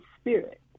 spirit